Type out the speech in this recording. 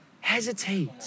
hesitate